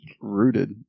rooted